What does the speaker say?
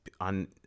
on